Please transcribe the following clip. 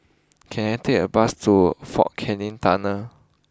can I take a bus to Fort Canning Tunnel